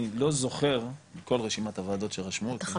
אני לא זוכר את רשימת הוועדות שרשמו אותי, אבל